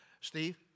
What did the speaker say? Steve